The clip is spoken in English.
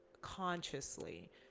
consciously